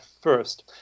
first